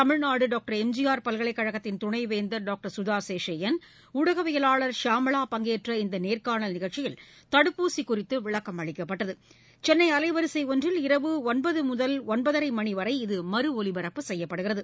தமிழ்நாடுடாக்டர் எம் ஜி ஆர் பல்கலைக் கழகத்தின் துணைவேந்தர் டாக்டர் சுதாசேஷையன் ஊடகவியாளர் ஷியாமளா பங்கேற்ற இந்தநேர்கானல் நிகழ்ச்சியில் தடுப்பூசிகுறித்துவிளக்கம் அளிக்கப்பட்டது சென்னைஅலைவரிசைஒன்றில் இரவு ஒன்பதுமுதல் ஒன்பதரைமணிவரை இது மறு ஒலிபரப்பு செய்யப்படுகிறது